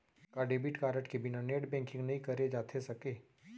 का debit card के बिना नेट बैंकिंग नई करे जाथे सके?